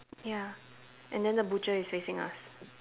ya and then the butcher is facing us